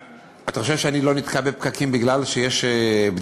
אתה חושב שאני לא נתקע בפקקים מפני שיש בדיקות?